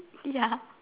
ya